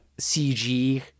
cg